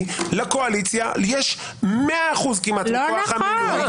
לקואליציה יש כמעט 100% --- לא נכון.